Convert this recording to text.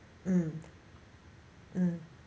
mm mm